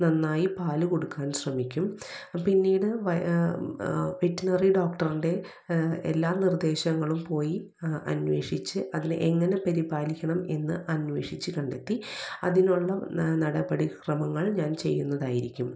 നന്നായി പാല് കൊടുക്കാൻ ശ്രമിക്കും പിന്നീട് വെറ്റിനറി ഡോക്ടർടെ എല്ലാ നിർദ്ദേശങ്ങളും പോയി അന്വേഷിച്ച് അതില് എങ്ങനെ പരിപാലിക്കണം എന്ന് അന്വേഷിച്ച് കണ്ടെത്തി അതിനുള്ള നടപടി ക്രമങ്ങൾ ഞാൻ ചെയ്യുന്നതാരിക്കും